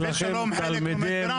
נווה שלום, חלק לומד ברמלה.